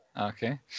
Okay